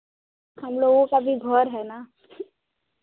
हम लोगों का भी घर है ना